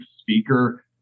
speaker